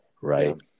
right